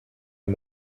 and